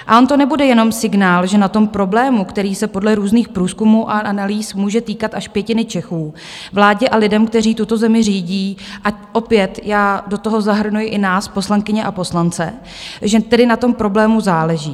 A on to nebude jenom signál, že na tom problému, který se podle různých průzkumů a analýz může týkat až pětiny Čechů, vládě, lidem, kteří tuto zemi řídí, a opět já do toho zahrnují i nás, poslankyně a poslance, že tedy na tom problému záleží.